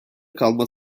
kalma